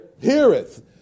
Heareth